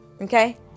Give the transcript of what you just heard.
Okay